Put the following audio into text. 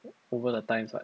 over the times [what]